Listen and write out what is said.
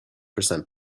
percent